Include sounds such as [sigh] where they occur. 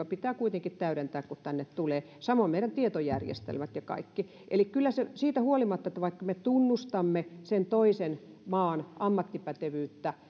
[unintelligible] pitää kuitenkin täydentää kun tänne tulee esimerkiksi suomalainen lainsäädäntö on semmoinen ja samoin meidän tietojärjestelmät ja kaikki eli kyllä siitä huolimatta vaikka me tunnustamme sen toisen maan ammattipätevyyttä [unintelligible]